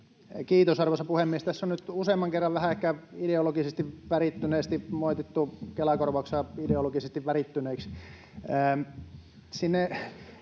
Kiitos, arvoisa puhemies! Tässä on nyt useamman kerran vähän ehkä ideologisesti värittyneesti moitittu Kela-korvauksia ideologisesti värittyneiksi.